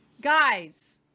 guys